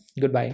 goodbye